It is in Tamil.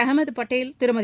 அஹமது பட்டேல் திருமதி